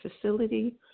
facility